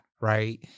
right